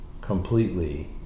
completely